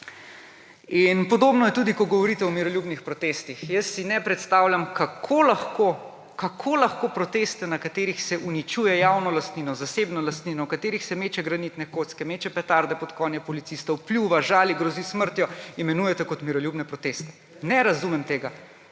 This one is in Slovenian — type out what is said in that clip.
Podobno je tudi, ko govorite o miroljubnih protestih. Jaz si ne predstavljam, kako lahko proteste, na katerih se uničuje javna lastnina, zasebna lastnina, na katerih se meče granitne kocke, meče petarde pod konje policistov, pljuva, žali, grozi s smrtjo, imenujete miroljubne proteste. Ne razumem tega,